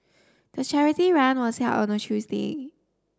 the charity run was held on a Tuesday